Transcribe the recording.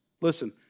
Listen